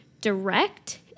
direct